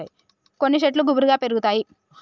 కొన్ని శెట్లు గుబురుగా పెరుగుతాయి